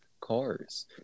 cars